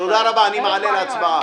תודה רבה, אני מעלה להצבעה.